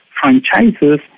franchises